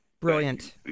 brilliant